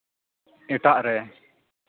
ᱮᱴᱟᱜ ᱨᱮ